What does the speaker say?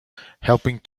helping